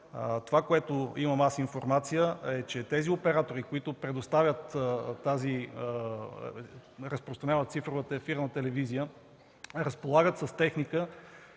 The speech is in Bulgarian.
това, за което имам аз информация, е, че тези оператори, които предоставят тази услуга и разпространяват цифровата ефирна телевизия, разполагат с техника.